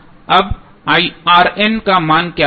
अब का मान क्या होगा